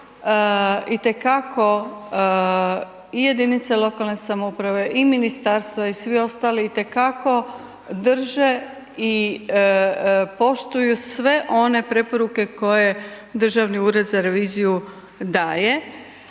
itekako i jedinice lokalne samouprave i ministarstva i svi ostali itekako drže i poštuju sve one preporuke koje Državni ured za reviziju daje.